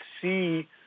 see